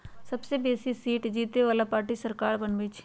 सबसे बेशी सीट जीतय बला पार्टी सरकार बनबइ छइ